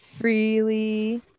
Freely